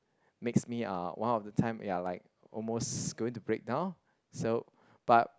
makes me uh one of the time ya like almost going to break down so but